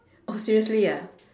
oh seriously {ah]